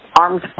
armed